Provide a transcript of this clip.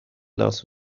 لاس